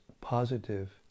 positive